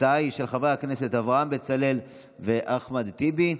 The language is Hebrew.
ההצעה היא של חבר הכנסת אברהם בצלאל ואחמד טיבי,